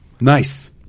Nice